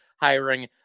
hiring